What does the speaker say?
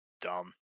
Dumb